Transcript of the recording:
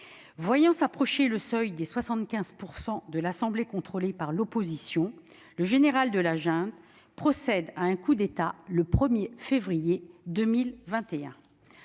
Voyant s'approcher le seuil des 75 % de l'Assemblée contrôlés par l'opposition, la junte procède à un coup d'État le 1 février 2021.